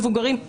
מבוגרים,